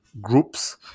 groups